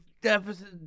deficit